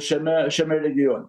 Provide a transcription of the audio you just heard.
šiame šiame regione